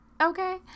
Okay